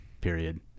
period